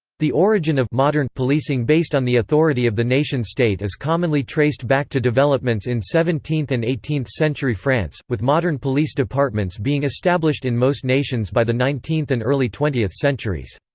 the origin of modern policing based on the authority of the nation state is commonly traced back to developments in seventeenth and eighteenth century france, with modern police departments being established in most nations by the nineteenth and early twentieth centuries.